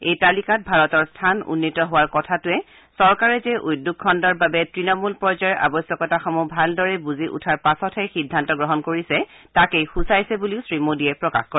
এই তালিকাত ভাৰতৰ স্থান উন্নীত হোৱা কথাটোৱে চৰকাৰে যে উদ্যোগ খণ্ডৰ বাবে তৃণমূল পৰ্যায়ৰ আৱশ্যকতাসমূহ ভালদৰে বুজি উঠাৰ পাছতহে সিদ্ধান্ত গ্ৰহণ কৰিছে তাকেই সূচাইছে বুলিও শ্ৰী মোদীয়ে প্ৰকাশ কৰে